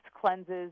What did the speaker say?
cleanses